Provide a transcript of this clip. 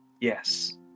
Yes